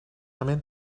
mean